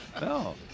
No